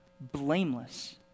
blameless